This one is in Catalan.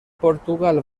portugal